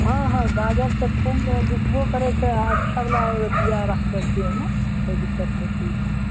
हँ हँ गाजर तऽ खूब बिकबो करैत छै आ अच्छावला बिआ रखने छियै हम कोइ दिक्कत नहि छै